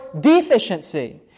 deficiency